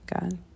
God